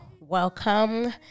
welcome